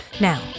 Now